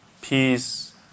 peace